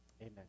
Amen